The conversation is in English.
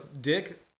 dick